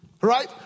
Right